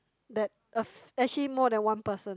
that a actually more than one person